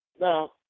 Now